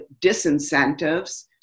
disincentives